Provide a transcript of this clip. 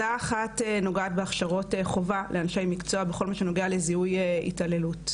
הצעה אחת נוגעת בהכשרות חובה לאנשי מקצוע בכל מה שנוגע לזיהוי התעללות,